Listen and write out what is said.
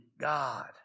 God